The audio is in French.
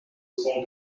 cent